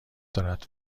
دارد